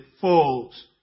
falls